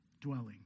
dwelling